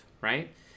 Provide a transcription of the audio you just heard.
right